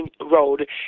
road